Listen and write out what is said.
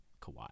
Kawhi